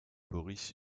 boris